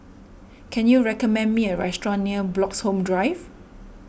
can you recommend me a restaurant near Bloxhome Drive